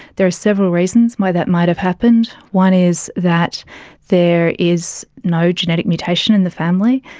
there are several reasons why that might have happened. one is that there is no genetic mutation in the family,